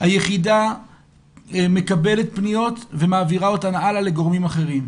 היחידה מקבלת פניות ומעבירה אותן הלאה לגורמים אחרים.